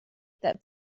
that